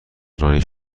رانی